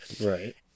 Right